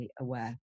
aware